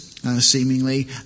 Seemingly